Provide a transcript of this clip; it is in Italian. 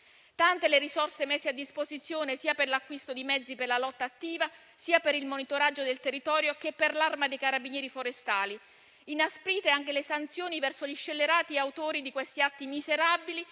sono le risorse messe a disposizione, sia l'acquisto di mezzi e per la lotta attiva, sia per il monitoraggio del territorio e per l'Arma dei carabinieri forestali. Il provvedimento inasprisce anche le sanzioni verso gli scellerati autori di questi atti miserabili